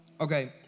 Okay